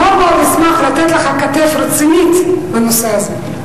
מאוד מאוד אשמח לתת לך כתף רצינית בנושא הזה.